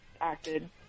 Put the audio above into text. acted